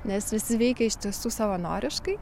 nes visi veikia iš tiesų savanoriškai